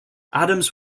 adams